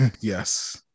yes